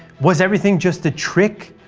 was everything just a trick?